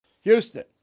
Houston